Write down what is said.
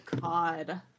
God